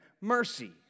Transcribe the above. Mercy